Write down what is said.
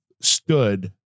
stood